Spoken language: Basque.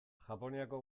japoniako